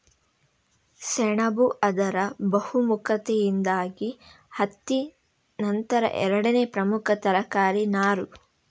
ಸೆಣಬು ಅದರ ಬಹುಮುಖತೆಯಿಂದಾಗಿ ಹತ್ತಿ ನಂತರ ಎರಡನೇ ಪ್ರಮುಖ ತರಕಾರಿ ನಾರು